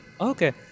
Okay